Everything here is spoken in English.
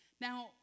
Now